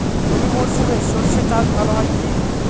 রবি মরশুমে সর্ষে চাস ভালো হয় কি?